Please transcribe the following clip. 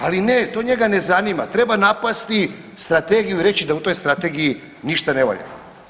Ali ne to njega ne zanima, treba napasti strategiju i reći da u toj strategiji ništa ne valja.